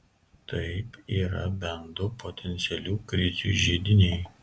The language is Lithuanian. taip yra bent du potencialių krizių židiniai